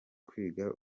kwiga